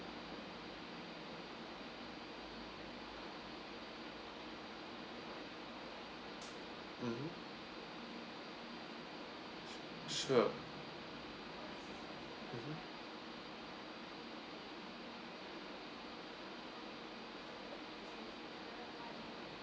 mm sure